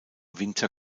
winter